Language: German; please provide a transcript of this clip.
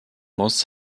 muss